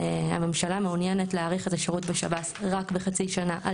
הממשלה מעוניינת להאריך את השירות בשב"ס רק בחצי שנה.